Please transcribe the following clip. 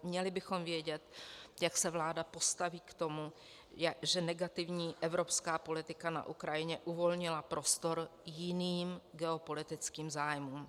Měli bychom vědět, jak se vláda postaví k tomu, že negativní evropská politika na Ukrajině uvolnila prostor jiným geopolitickým zájmům.